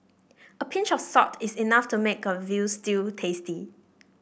a pinch of salt is enough to make a veal stew tasty